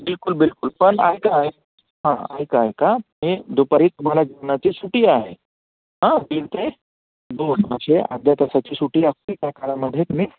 बिलकुल बिलकुल पण ऐका हां ऐका ऐका मी दुपारी तुम्हाला जेवणाची सुटी आहे हा दीड ते दोन असे अर्ध्या तसाची सुटी असते त्या काळामध्ये तुम्ही